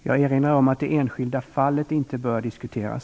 Jag erinrar om att det enskilda fallet inte bör diskuteras.